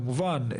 כמובן,